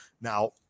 Now